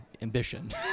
ambition